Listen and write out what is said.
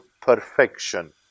perfection